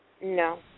No